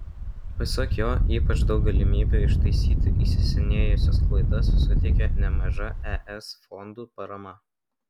pasak jo ypač daug galimybių ištaisyti įsisenėjusias klaidas suteikė nemaža es fondų parama